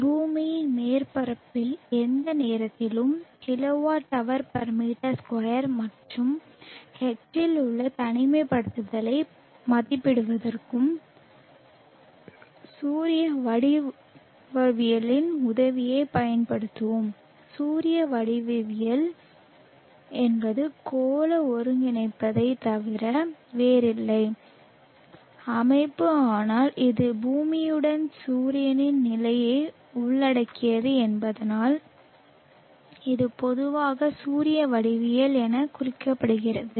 பூமியின் மேற்பரப்பில் எந்த நேரத்திலும் kWh m2 மற்றும் H இல் உள்ள தனிமைப்படுத்தலை மதிப்பிடுவதற்கு சூரிய வடிவவியலின் உதவியைப் பயன்படுத்துவோம் சூரிய வடிவியல் என்பது கோள ஒருங்கிணைப்பைத் தவிர வேறில்லை அமைப்பு ஆனால் இது பூமியுடன் சூரியனின் நிலையை உள்ளடக்கியது என்பதால் இது பொதுவாக சூரிய வடிவியல் என குறிப்பிடப்படுகிறது